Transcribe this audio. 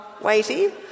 weighty